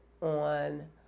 on